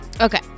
okay